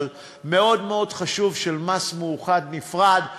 אבל מאוד מאוד חשוב, של מס מאוחד נפרד.